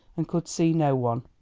and could see no one.